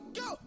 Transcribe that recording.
go